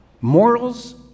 Morals